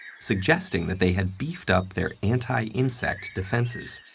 suggesting that they had beefed up their anti-insect defenses.